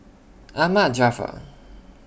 Ahmad Jaafar